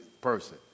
person